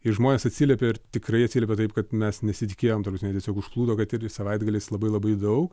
ir žmonės atsiliepė ir tikrai atsiliepė taip kad mes nesitikėjom ta prasme tiesiog užplūdo kad ir savaitgaliais labai labai daug